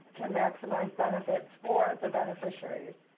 to maximize benefits for the beneficiaries,